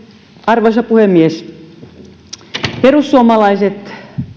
arvoisa puhemies perussuomalaiset